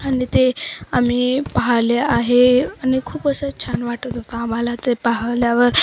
आणि ते आम्ही पाहिले आहे आणि खूप असं छान वाटत होता आम्हाला ते पाहिल्यावर